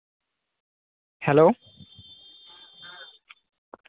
hello